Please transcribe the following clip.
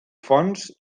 fonts